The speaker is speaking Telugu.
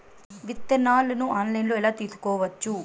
విత్తనాలను ఆన్లైన్లో ఎలా తీసుకోవచ్చు